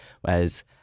Whereas